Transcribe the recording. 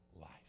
life